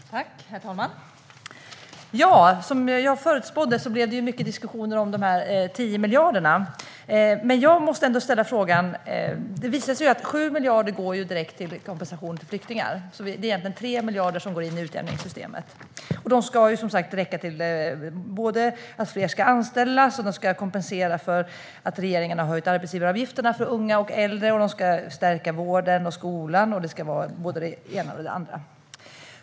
Herr talman! Som jag förutspådde blev det mycket diskussioner om de 10 miljarderna. Det visar sig att 7 miljarder går direkt till kompensation för flyktingar. Det är egentligen alltså 3 miljarder som går in i utjämningssystemet, och de ska räcka till att fler ska anställas, de ska kompensera för att regeringen har höjt arbetsgivaravgifterna för unga och äldre och de ska stärka vården, skolan och det ena och det andra.